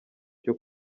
cyo